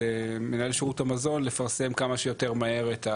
את מנהל שירות המזון לפרסם כמה שיותר מהר את,